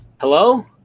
Hello